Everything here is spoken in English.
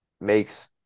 makes